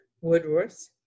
Woodworth